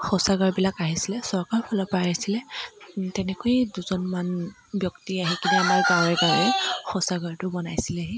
শৌচাগাৰবিলাক আহিছিলে চৰকাৰৰ ফালৰ পৰা আহিছিলে তেনেকৈয়ে দুজনমান ব্যক্তি আহি কিনে আমাৰ গাঁৱে গাঁৱে শৌচাগাৰটো বনাইছিলেহি